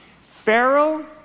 Pharaoh